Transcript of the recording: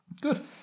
Good